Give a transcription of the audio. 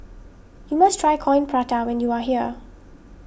you must try Coin Prata when you are here